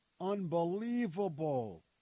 unbelievable